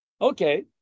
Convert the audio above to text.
Okay